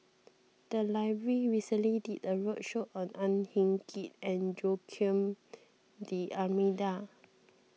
the library recently did a roadshow on Ang Hin Kee and Joaquim D'Almeida